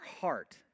heart